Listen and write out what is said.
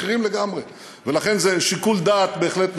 אחרים לגמרי, ולכן זה שיקול דעת בהחלט נכון.